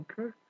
Okay